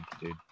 dude